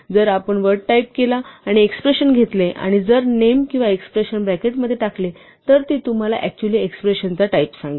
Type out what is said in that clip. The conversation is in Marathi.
जर आपण वर्ड टाइप केला आणि एक्स्प्रेशन घेतले आणि जर नेम किंवा एक्स्प्रेशन ब्रॅकेट मध्ये टाकले तर ती तुम्हाला अक्चुअली एक्स्प्रेशन चा टाईप सांगेल